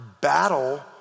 battle